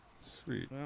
Sweet